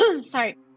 Sorry